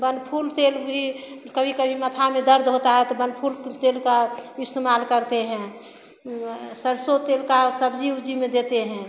बनफूल तेल भी कभी कभी माथा में दर्द होता है तो बनफूल तेल का इस्तेमाल करते हैं सरसों तेल का सब्ज़ी उब्जी में देते हैं